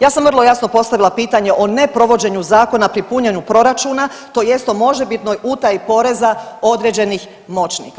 Ja sam vrlo jasno postavila pitanje o neprovođenju zakona pri punjenju proračuna tj. o možebitnoj utaji poreza određenih moćnika.